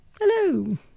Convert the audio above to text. Hello